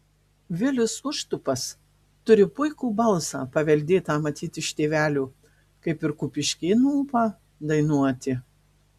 vilius užtupas turi puikų balsą paveldėtą matyt iš tėvelio kaip ir kupiškėnų ūpą dainuoti